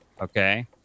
okay